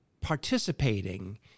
participating